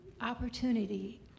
opportunity